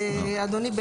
אדוני,